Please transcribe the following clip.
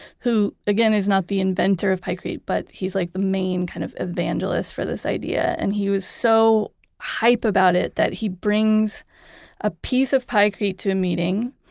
who again is not the inventor of pykrete, but he's like the main kind of evangelist for this idea. and he was so hyped about it that he brings a piece of pykrete to a meeting.